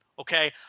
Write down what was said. Okay